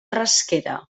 rasquera